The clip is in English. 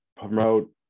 promote